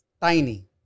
Tiny